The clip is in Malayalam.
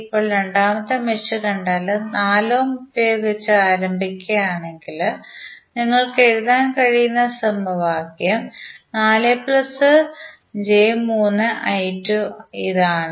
ഇപ്പോൾ ഇത് രണ്ടാമത്തെ മെഷ് കണ്ടാൽ 4 ഓം ഉപയോഗിച്ച് ആരംഭിക്കുകയാണെങ്കിൽ നിങ്ങൾക്ക് എഴുതാൻ കഴിയുന്ന സമവാക്യം 4j3I2 ഇതാണ്